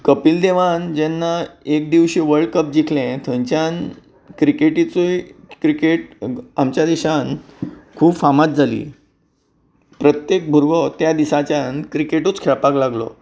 कपिल देवान जेन्ना एक दिवशी वर्ल्डकप जिखलें थंयच्यान क्रिकेटीचोय क्रिकेट आमच्या देशांत खूब फामाद जाली प्रत्येक भुरगो त्या दिसाच्यान क्रिकेटूच खेळपाक लागलो